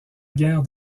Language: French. guerre